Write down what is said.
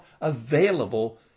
available